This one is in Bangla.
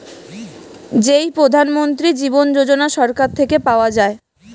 যেই প্রধান মন্ত্রী জীবন যোজনা সরকার থেকে পাওয়া যায়